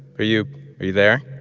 are you are you there?